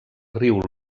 riu